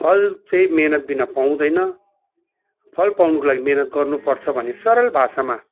फल चाहिँ मिहिनेतबिना पाउँदैन फल पाउनुको लागि मिहिनेत गर्नुपर्छ भने सरल भाषामा